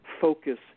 focus